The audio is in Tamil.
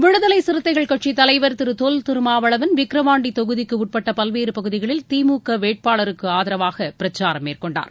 விடுதலை சிறுத்தைகள் கட்சித் தலைவர் திரு தொல் திருமாவளவன் விக்கிரவாண்டி தொகுதிக்குட்பட்ட பல்வேறு பகுதிகளில் திமுக வேட்பாளருக்கு ஆதரவாக பிரச்சாரம் மேற்கொண்டார்